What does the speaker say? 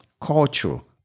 cultural